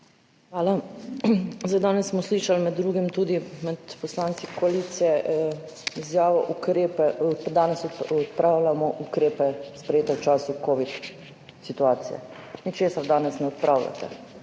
Hvala. Danes smo slišali med drugim tudi od poslancev koalicije izjavo, da danes odpravljamo ukrepe, sprejete v času covid situacije. Ničesar danes ne odpravljate,